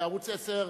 ערוץ-10,